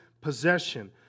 possession